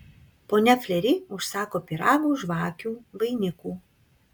ponia fleri užsako pyragų žvakių vainikų